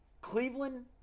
Cleveland